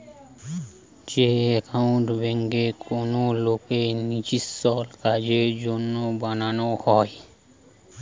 যে একাউন্ট বেঙ্কে কোনো লোকের নিজেস্য কাজের জন্য বানানো হয়